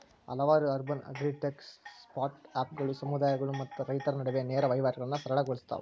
ಹಲವಾರು urban agritech ಸ್ಟಾರ್ಟ್ಅಪ್ಗಳು ಸಮುದಾಯಗಳು ಮತ್ತು ರೈತರ ನಡುವೆ ನೇರ ವಹಿವಾಟುಗಳನ್ನಾ ಸರಳ ಗೊಳ್ಸತಾವ